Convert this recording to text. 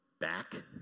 back